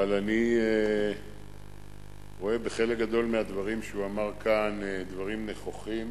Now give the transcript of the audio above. אבל אני רואה בחלק גדול מהדברים שהוא אמר כאן דברים נכוחים,